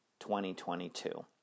2022